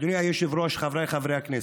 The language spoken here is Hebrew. אדוני היושב-ראש, חבריי חברי הכנסת,